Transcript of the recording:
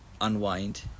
Unwind